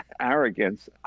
arrogance